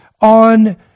on